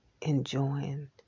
enjoying